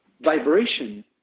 vibration